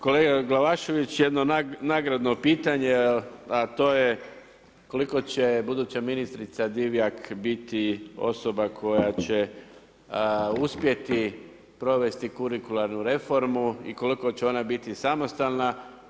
Kolega Glavašević jedno nagradno pitanje a to je koliko će buduća ministrica Divjak biti osoba koja će uspjeti provesti kurikularnu reformu i koliko će ona biti samostalna?